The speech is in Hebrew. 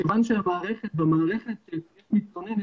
כיוון שבמערכת יש מתלונן,